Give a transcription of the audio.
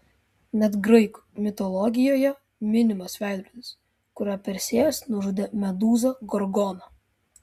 net graikų mitologijoje minimas veidrodis kuriuo persėjas nužudė medūzą gorgoną